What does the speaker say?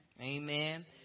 amen